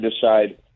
decide